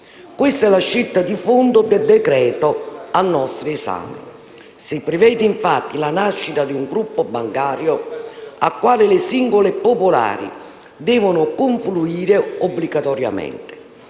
Questa è la scelta di fondo del decreto-legge al nostro esame. Si prevede infatti la nascita di un gruppo bancario, al quale le singole popolari devono confluire obbligatoriamente,